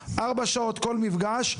4 שעות כל מפגש,